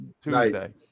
Tuesday